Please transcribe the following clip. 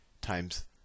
times